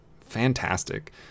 fantastic